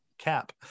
Cap